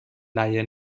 laie